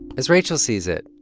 as rachel sees it,